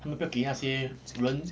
他们不要给那些人